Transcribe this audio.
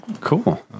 cool